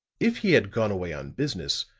if he had gone away on business,